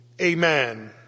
amen